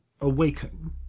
awaken